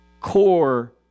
core